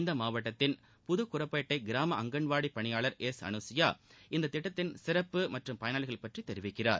இந்த மாவட்டத்தின் புதுகுரப்பேட்டை கிராம அங்கன்வாடி பணியாளர் எஸ் அனுசயா இந்த திட்டத்தின் சிறப்பு மற்றும் பயனாளிகள் பற்றி தெரிவிக்கிறார்